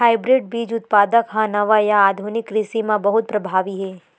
hybrid बीज उत्पादन हा नवा या आधुनिक कृषि मा बहुत प्रभावी हे